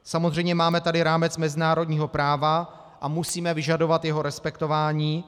Samozřejmě tady máme rámec mezinárodního práva a musíme vyžadovat jeho respektování.